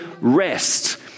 rest